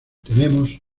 tenemos